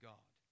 God